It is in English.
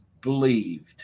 believed